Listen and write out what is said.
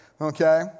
okay